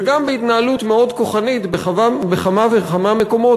וגם בהתנהלות מאוד כוחנית בכמה וכמה מקומות